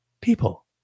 people